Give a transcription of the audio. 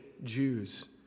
Jews